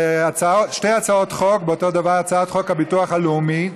לשתי הצעות חוק אותו דבר: חוק הביטוח הלאומי,